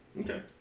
Okay